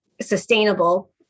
sustainable